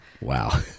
Wow